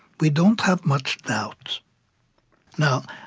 we don't have much doubt now,